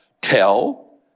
tell